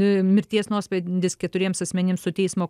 mirties nuosprendis keturiems asmenims su teismo